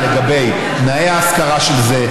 אלא התיישבו במקום,